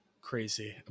Crazy